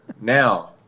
now